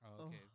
Okay